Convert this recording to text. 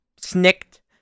snicked